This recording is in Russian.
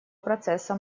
процесса